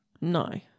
No